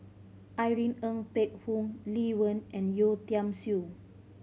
Irene Ng Phek Hoong Lee Wen and Yeo Tiam Siew